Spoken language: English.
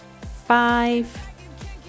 five